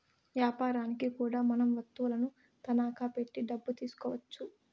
యాపారనికి కూడా మనం వత్తువులను తనఖా పెట్టి డబ్బు తీసుకోవచ్చు